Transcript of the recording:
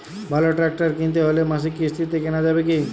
ভালো ট্রাক্টর কিনতে হলে মাসিক কিস্তিতে কেনা যাবে কি?